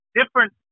different